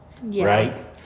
Right